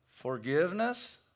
Forgiveness